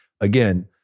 again